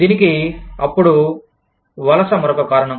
దీనికి అప్పుడు వలస మరొక కారణం